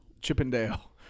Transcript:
Chippendale